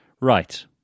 Right